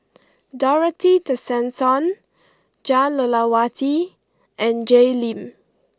Dorothy Tessensohn Jah Lelawati and Jay Lim